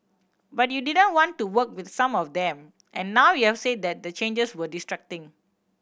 but you didn't want to work with some of them and now you've said that the changes were distracting